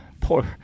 poor